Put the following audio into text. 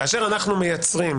כאשר אנחנו מייצרים